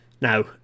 Now